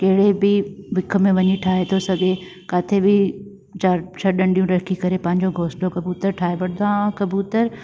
कहिड़े बि विख में वञी ठाहे थो सघे किते बि चारि छह ॾंडियूं रखी करे पंहिंजो घोसलो कबूतर ठाहे वठंदो आहे ऐं कबूतर